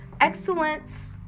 excellence